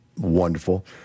wonderful